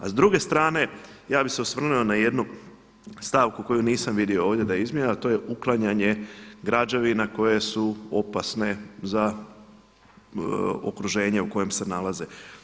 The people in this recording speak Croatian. A s druge strane ja bih se osvrnuo na jednu stavku koju nisam vidio ovdje da je izmijenjena a to je uklanjanje građevina koje su opasne za okruženje u kojem se nalaze.